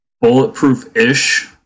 bulletproof-ish